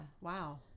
Wow